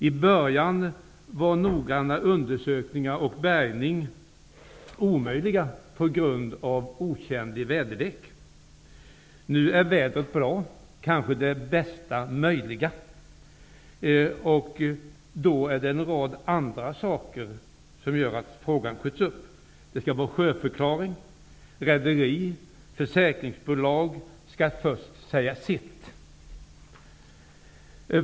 I början var noggranna undersökningar och bärgning omöjliga att genomföra på grund av otjänlig väderlek. Nu är väderleksförhållandena bra, kanske de bästa möjliga, men nu är det en rad andra orsaker till att undersökningarna skjuts upp -- det skall göras sjöförklaring, rederi och försäkringsbolag skall först säga sitt.